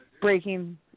breaking